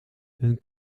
hun